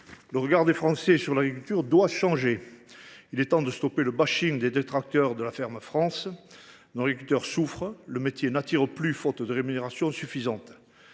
Le regard des Français sur l’agriculture doit changer. Il est temps de stopper le des détracteurs de la ferme France. Nos agriculteurs souffrent, le métier n’attire plus, faute de rémunération suffisante.